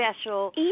special